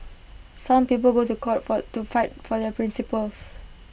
some people go to court for to fight for their principles